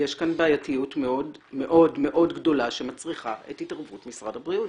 יש כאן בעייתיות מאוד מאוד מאוד גדולה שמצריכה את התערבות משרד הבריאות.